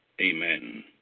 Amen